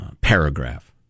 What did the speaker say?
paragraph